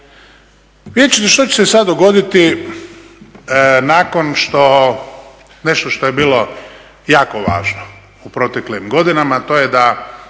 Vidjet ćete što će se sada dogoditi nakon što nešto što je bilo jako važno u proteklim godinama to je da